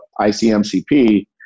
ICMCP